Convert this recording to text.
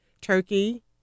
turkey